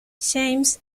james